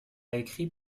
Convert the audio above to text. écrit